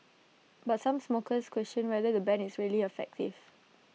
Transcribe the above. but some smokers question whether the ban is really effective